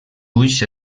ulls